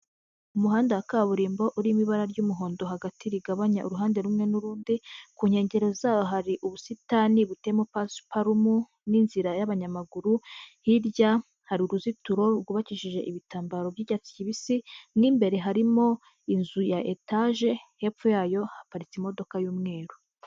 Umuhanda wa kaburimbo urimo ibara ry'umuhondo hagati rigabanya uruhande rumwe n'urundi, ku nkengero zawo hari ubusitani butemo pasiparumu, n'inzira y'abanyamaguru, hirya hari uruzitiro rwubakishije ibitambaro by'icyatsi kibisi, mu imbere harimo inzu ya etage, hepfo yayo haparitse imodoka y'umweru.